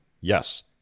yes